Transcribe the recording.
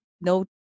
no